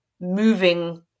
moving